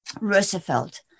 Roosevelt